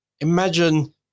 imagine